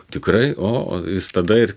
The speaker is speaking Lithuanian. tikrai o jis tada ir